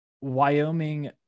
Wyoming